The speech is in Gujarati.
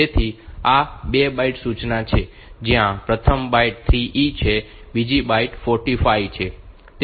તેથી આ 2 બાઇટ સૂચના છે જ્યાં પ્રથમ બાઇટ 3E છે બીજી બાઇટ 45 છે